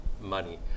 money